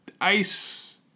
Ice